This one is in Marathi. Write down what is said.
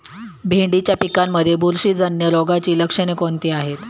भेंडीच्या पिकांमध्ये बुरशीजन्य रोगाची लक्षणे कोणती आहेत?